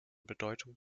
bedeutung